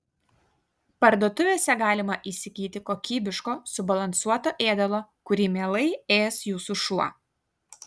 parduotuvėse galima įsigyti kokybiško subalansuoto ėdalo kurį mielai ės jūsų šuo